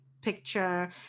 picture